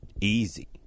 easy